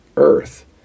earth